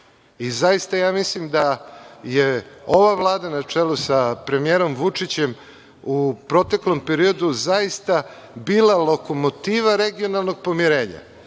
i zaista mislim da je ova Vlada na čelu sa premijerom Vučićem u proteklom periodu zaista bila lokomotiva regionalnog poverenja.